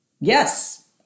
yes